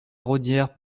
raudière